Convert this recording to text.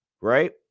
right